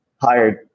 hired